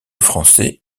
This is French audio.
français